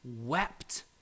wept